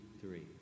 three